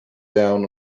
down